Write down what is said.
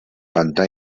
pantà